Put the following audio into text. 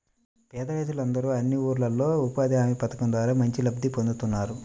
పేద రైతులందరూ అన్ని ఊర్లల్లో ఉపాధి హామీ పథకం ద్వారా మంచి లబ్ధి పొందుతున్నారు